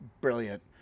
brilliant